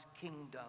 kingdom